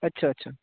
अच्छा अच्छा